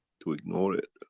to ignore it.